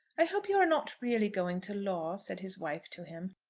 i hope you are not really going to law, said his wife to him.